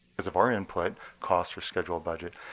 because of our input, costs or scheduled budget.